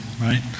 right